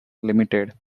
limited